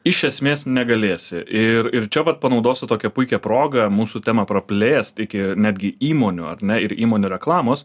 iš esmės negalėsi ir ir čia vat panaudosiu tokią puikią progą mūsų temą praplėst iki netgi įmonių ar ne ir įmonių reklamos